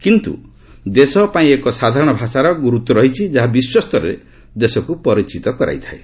କିନ୍ତୁ ଦେଶପାଇଁ ଏକ ସାଧାରଣ ଭାଷାର ଗୁରୁତ୍ୱ ରହିଛି ଯାହା ବିଶ୍ୱ ସ୍ତରରେ ଦେଶକୁ ପରିଚିତ କରାଇଥାଏ